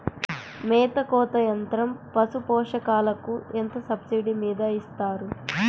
మేత కోత యంత్రం పశుపోషకాలకు ఎంత సబ్సిడీ మీద ఇస్తారు?